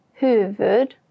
Huvud